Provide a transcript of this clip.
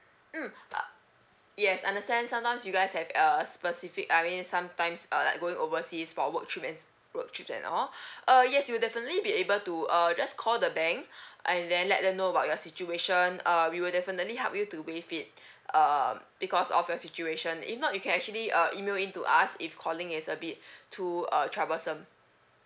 mm uh yes understand sometimes you guys have uh specific I mean sometimes uh like going overseas for work trip and s~ work trips and all uh yes we'll definitely be able to uh just call the bank and then let them know about your situation uh we will definitely help you to waive it um because of your situation if not you can actually uh email in to us if calling is a bit too uh troublesome